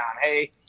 Hey